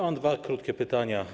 Mam dwa krótkie pytania.